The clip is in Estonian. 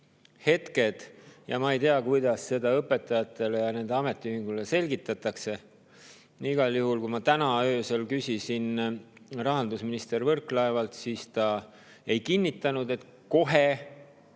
hetked ja ma ei tea, kuidas seda õpetajatele ja nende ametiühingule selgitatakse. Igal juhul, kui ma täna öösel küsisin rahandusminister Võrklaevalt, siis ta ei kinnitanud, et kohe